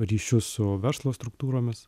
ryšius su verslo struktūromis